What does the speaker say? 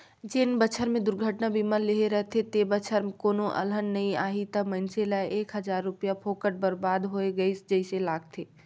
जेन बच्छर मे दुरघटना बीमा लेहे रथे ते बच्छर कोनो अलहन नइ आही त मइनसे ल एक हजार रूपिया फोकट बरबाद होय गइस जइसे लागथें